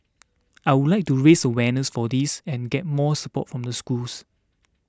I would like to raise awareness for this and get more support from the schools